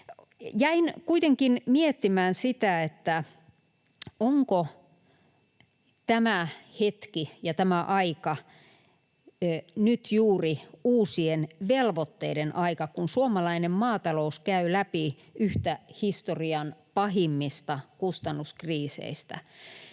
Jäin kuitenkin miettimään sitä, onko tämä hetki ja tämä aika nyt juuri uusien velvoitteiden aika, kun suomalainen maatalous käy läpi yhtä historian pahimmista kustannuskriiseistä.